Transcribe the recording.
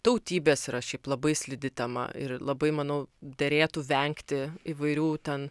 tautybės yra šiaip labai slidi tema ir labai manau derėtų vengti įvairių ten